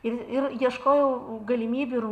ir ir ieškojau galimybių ir